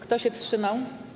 Kto się wstrzymał?